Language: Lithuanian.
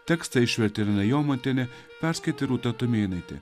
tekstą išvertė irena jomantienė perskaitė rūta tumėnaitė